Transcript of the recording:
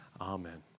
Amen